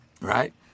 right